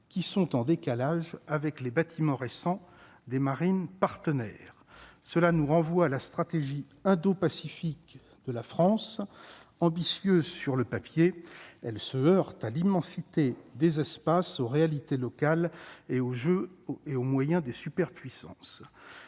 qui sont en décalage avec les bâtiments récents des Marines partenaires, cela nous renvoie à la stratégie indo-pacifique de la France ambitieux sur le papier, elle se heurte à l'immensité des espaces aux réalités locales et au jeu et au moyen des superpuissances